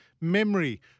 memory